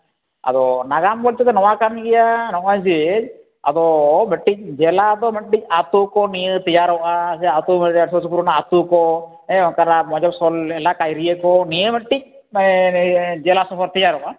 ᱟᱫᱚ ᱱᱟᱜᱟᱢ ᱵᱚᱞᱛᱮ ᱫᱚ ᱱᱚᱣᱟ ᱠᱟᱱ ᱜᱮᱭᱟ ᱱᱚᱜᱼᱚᱭ ᱡᱮ ᱟᱵᱚ ᱢᱤᱫᱴᱮᱱ ᱡᱮᱞᱟ ᱫᱚ ᱢᱤᱫᱴᱤᱡ ᱟᱛᱳ ᱠᱚ ᱱᱤᱭᱟᱹ ᱛᱮᱭᱟᱨᱚᱜᱼᱟ ᱥᱮ ᱟᱛᱳ ᱦᱩᱭ ᱫᱟᱲᱭᱟᱜᱼᱟ ᱥᱩᱨ ᱥᱩᱯᱩᱨ ᱨᱮᱱᱟᱜ ᱟᱛᱳ ᱠᱚ ᱚᱱᱠᱟᱱᱟᱜ ᱢᱚᱡᱷᱚᱥᱚᱞ ᱮᱞᱟᱠᱟ ᱮᱨᱤᱭᱟ ᱠᱚ ᱱᱤᱭᱟᱹ ᱢᱤᱫᱴᱤᱡ ᱡᱮᱞᱟ ᱥᱚᱦᱚᱨ ᱛᱮᱭᱟᱨᱚᱜᱼᱟ